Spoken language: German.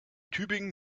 tübingen